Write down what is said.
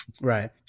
right